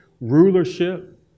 rulership